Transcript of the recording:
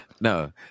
No